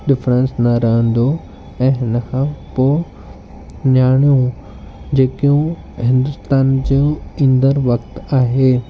difference न रहंदो ऐं उनखां पोइ न्याणियूं जेकियूं हिंदुस्तान जूं ईंदड़ वक़्तु आहे